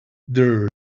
dirt